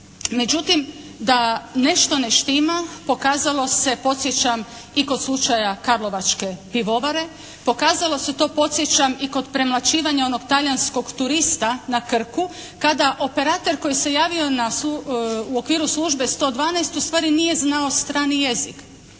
Međutim da nešto ne štima pokazalo se podsjećam i kod slučaja "Karlovačke pivovare". Pokazalo se to podsjećam i kod premlaćivanja onog talijanskog turista na Krku kada operater koji se javio u okviru službe 112 ustvari nije znao strani jezik.